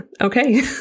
okay